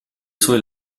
suoi